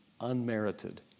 unmerited